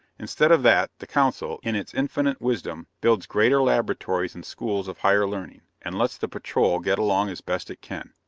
instead of that, the council, in its infinite wisdom, builds greater laboratories and schools of higher learning and lets the patrol get along as best it can.